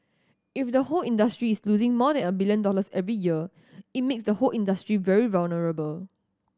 if the whole industries losing more than a billion dollars every year it makes the whole industry very vulnerable